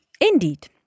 Indeed